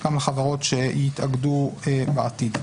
גם על חברות שיתאגדו בעתיד.